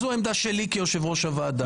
זו העמדה שלי כיושב ראש הוועדה.